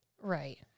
Right